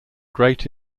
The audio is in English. great